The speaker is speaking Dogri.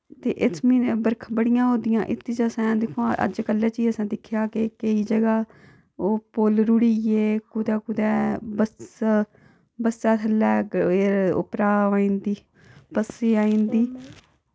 ते इस म्हीनै बरखां बड़ियां हो दियां इत च असें दिक्खोआ अज्ज कल्ले च ही असें दिक्खेआ कि केई जगह ओ पुल रुढ़ी गे कुतै कुतै बस बस्सा थल्लै उप्परा औंदी पस्सी औंदी